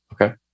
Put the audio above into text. Okay